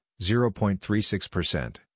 0.36%